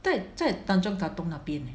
对在 Tanjong Katong 那边 leh